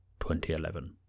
2011